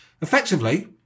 Effectively